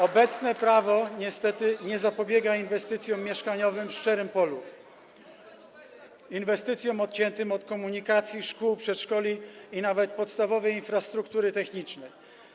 Obecne prawo niestety nie zapobiega inwestycjom mieszkaniowym w szczerym polu, inwestycjom odciętym od komunikacji, szkół, przedszkoli i nawet podstawowej infrastruktury technicznej.